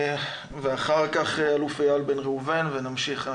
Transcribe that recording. אחר כך האלוף איל בן ראובן ונמשיך.